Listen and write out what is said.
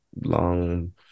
long